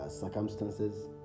circumstances